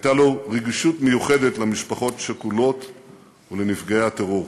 הייתה לו רגישות מיוחדת למשפחות שכולות ולנפגעי הטרור,